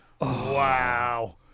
Wow